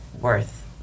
worth